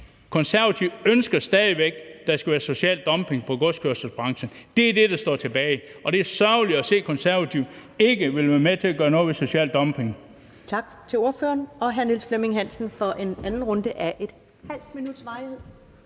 Konservative stadig væk ønsker, at der skal være social dumping i godskørselsbranchen – det er det, der står tilbage. Og det er sørgeligt at se, at Konservative ikke vil være med til at gøre noget ved social dumping.